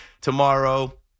tomorrow